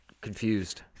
confused